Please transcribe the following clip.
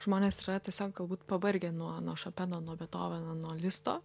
žmonės yra tiesiog galbūt pavargę nuo nuo šopeno nuo betoveno nuo listo